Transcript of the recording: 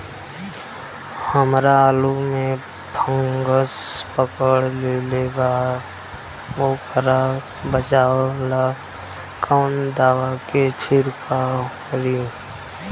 हमरा आलू में फंगस पकड़ लेले बा वोकरा बचाव ला कवन दावा के छिरकाव करी?